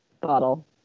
bottle